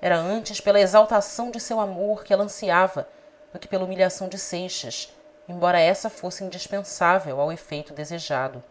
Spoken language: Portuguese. era antes pela exaltação de seu amor que ela ansiava do que pela humilhação de seixas embora essa fosse indispensável ao efeito desejado